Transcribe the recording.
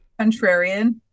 contrarian